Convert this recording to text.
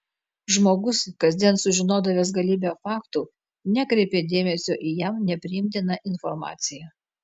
žmogus kasdien sužinodavęs galybę faktų nekreipė dėmesio į jam nepriimtiną informaciją